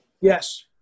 Yes